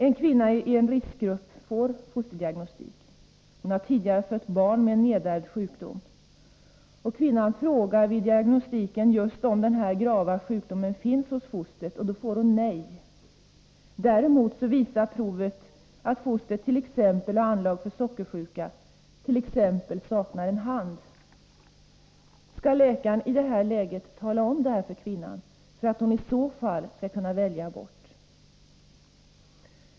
En kvinna i en riskgrupp får fosterdiagnostik. Hon har tidigare fött barn med en nedärvd sjukdom. Kvinnan frågar vid diagnostiken om barnet har just denna grava sjukdom. Hon får då svaret nej. Däremot visar provet att fostret t.ex. har anlag för sockersjuka eller att det saknar en hand. Skall läkaren i detta läge tala om det för kvinnan, för att hon i så fall skall kunna välja abort?